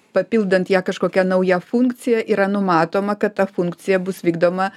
papildant ją kažkokia nauja funkcija yra numatoma kad ta funkcija bus vykdoma